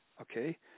okay